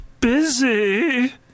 busy